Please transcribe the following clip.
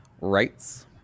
Rights